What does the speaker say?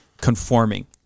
Conforming